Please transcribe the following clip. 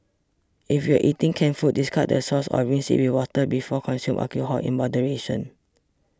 if you are eating canned food discard the sauce or rinse it with water before Consume alcohol in moderation